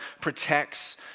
protects